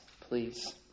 please